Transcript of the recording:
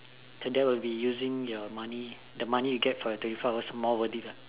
so that would be using your money the money you get for the twenty four hours more worth it lah